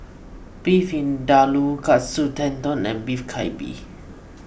Beef Vindaloo Katsu Tendon and Beef Galbi